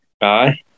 Aye